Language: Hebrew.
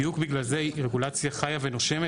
בדיוק בגלל זה היא רגולציה חיה ונושמת,